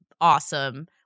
awesome